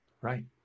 Right